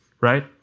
right